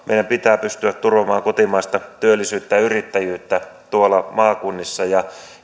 meidän pitää pystyä turvaamaan kotimaista työllisyyttä ja yrittäjyyttä tuolla maakunnissa ja